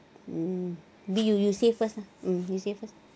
mm you you say first ah mm you say first